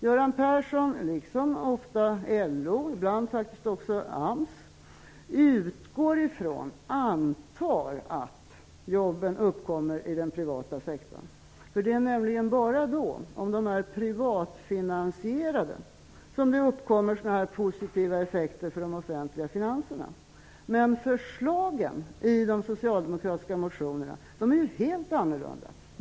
Göran Persson, liksom ofta LO och ibland också AMS, antar att jobben uppkommer i den privata sektorn. Det är nämligen bara om de privatfinansierade jobben uppkommer som det uppstår positiva effekter i de offentliga finanserna. Men förslagen i de socialdemokratiska motionerna är helt annorlunda.